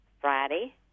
Friday